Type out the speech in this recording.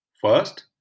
First